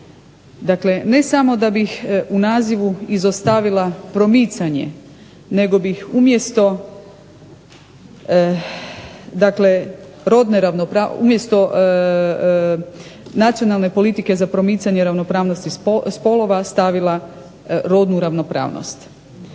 Dakle, ne samo da bih u nazivu izostavila promicanje, nego bih umjesto nacionalne politike za promicanje ravnopravnosti spolova stavila rodnu ravnopravnost.